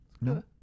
No